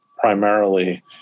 primarily